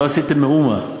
לא עשיתם מאומה,